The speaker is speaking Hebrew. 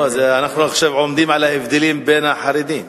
עכשיו אנחנו עומדים על ההבדלים בין החרדים.